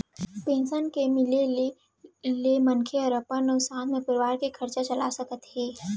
pension के पइसा मिले ले मनखे हर अपन अउ साथे म परवार के खरचा चला सकत हे